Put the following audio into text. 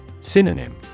Synonym